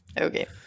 Okay